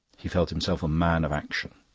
he felt himself a man of action.